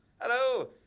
Hello